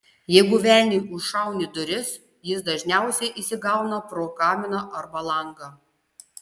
jeigu velniui užšauni duris jis dažniausiai įsigauna pro kaminą arba langą